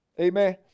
Amen